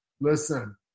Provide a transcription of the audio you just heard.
listen